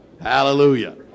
Hallelujah